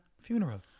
funeral